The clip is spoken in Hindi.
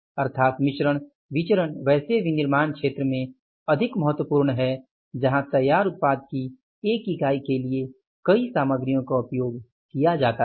अर्थात मिश्रण विचरण वैसे विनिर्माण क्षेत्र में अधिक महत्वपूर्ण है जहां तैयार उत्पाद की 1 इकाई के लिए कई सामग्रियों का उपयोग किया जाता है